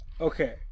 okay